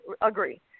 agree